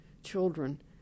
children